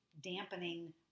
dampening